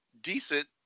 decent